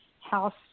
house